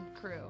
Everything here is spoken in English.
crew